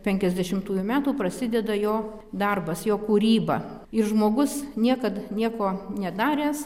penkiasdešimtųjų metų prasideda jo darbas jo kūryba ir žmogus niekad nieko nedaręs